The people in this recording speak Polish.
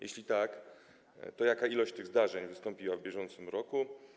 Jeśli tak, to jaka ilość tych zdarzeń wystąpiła w bieżącym roku?